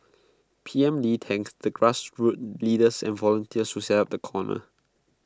P M lee thanked the grassroots leaders and volunteers who set up the corner